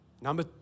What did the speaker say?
Number